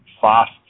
fast